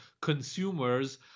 consumers